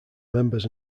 members